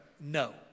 No